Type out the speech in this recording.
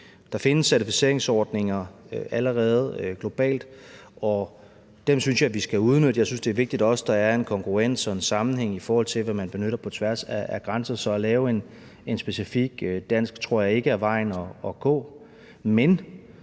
Der findes certificeringsordninger allerede globalt, og dem synes jeg vi skal udnytte, for jeg synes også, det er vigtigt, at der er en kongruens og en sammenhæng i forhold til, hvad man benytter på tværs af grænser, så at lave en specifik dansk ordning tror jeg ikke er vejen at gå,